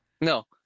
No